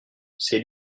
c’est